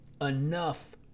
enough